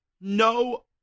no